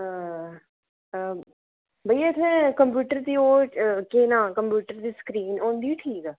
हां भाईया इत्थै कम्पयूटर दी ओह् केह् नांऽ कम्पयूटर दी सक्रीन होंदी ठीक